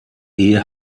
ehe